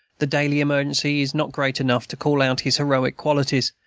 the daily emergency is not great enough to call out his heroic qualities,